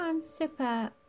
super